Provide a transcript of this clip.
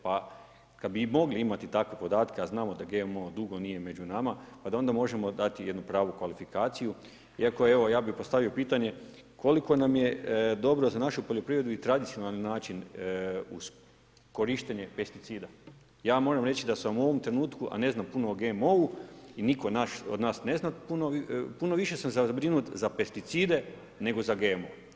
Pa kad bi mogli imati takve podatke, a znamo da GMO dugo nije među nama, pa da onda možemo dati jednu pravu kvalifikaciju iako evo, ja bih postavio pitanje koliko nam je dobro za našu poljoprivredu i tradicionalni način uz korištenje pesticida? ja vam moram reći da sam u ovom trenutku, a ne znam puno o GMO-u i nitko od nas ne zna puno o GMO-u, puno više sam zabrinut za pesticide nego za GMO.